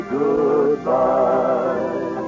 goodbye